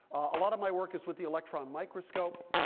a lot of my work is with the electron microscope,